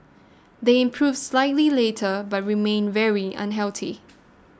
they improved slightly later but remained very unhealthy